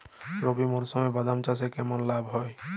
রবি মরশুমে বাদাম চাষে কেমন লাভ হয়?